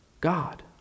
God